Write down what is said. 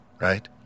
right